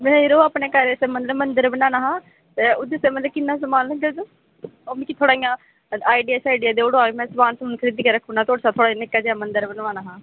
में यरो अपने घर इक्क मंदर बनाना हा ते ओह्दे आस्तै किन्ना समान होंदा ओह्दे आस्तै इंया आईडिया देई ओड़ेओ में समान खरीदियै रक्खी ओड़ना में इंया थोह्ड़ा निक्का जेहा मंदर बनाना हा